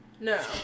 No